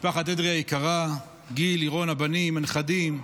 משפחת אדרי היקרה, גיל, לירון, הבנים, הנכדים.